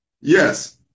Yes